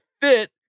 fit